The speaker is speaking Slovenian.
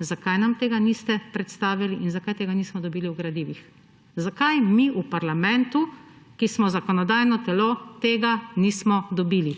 zakaj nam tega niste predstavili in zakaj tega nismo dobili v gradivih. Zakaj mi v parlamentu, ki smo zakonodajno telo, tega nismo dobili?